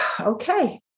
Okay